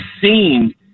seen